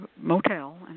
motel